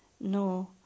no